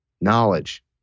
knowledge